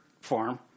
farm